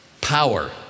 power